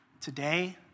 Today